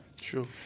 Sure